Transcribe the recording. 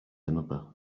another